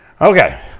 Okay